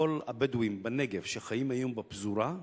כל הבדואים בנגב, שחיים היום בפזורה,